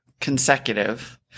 consecutive